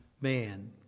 man